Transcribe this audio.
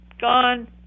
Gone